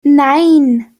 nein